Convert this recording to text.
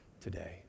today